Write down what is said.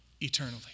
eternally